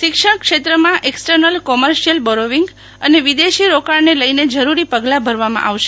શિક્ષણ ક્ષેત્રમાં external commercial borrowing અને વિદેશી રોકાણને લઈને જરુરીપગલા ભરવામાં આવશે